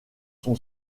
son